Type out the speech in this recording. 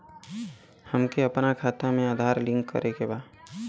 हमके अपना खाता में आधार लिंक करें के बा?